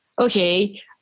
okay